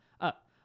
up